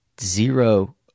zero